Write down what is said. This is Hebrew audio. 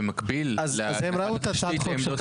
איזה מזל שבמקביל להתקנות התשתית לעמדות